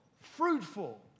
fruitful